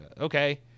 okay